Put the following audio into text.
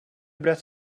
bröt